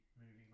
moving